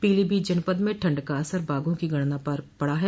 पीलीभीत जनपद में ठंड का असर बाघों की गणना पर पड़ा है